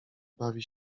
bawi